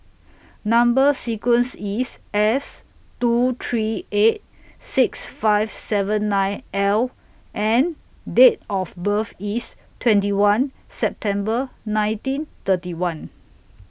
Number sequence IS S two three eight six five seven nine L and Date of birth IS twenty one September nineteen thirty one